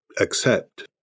accept